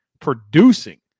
producing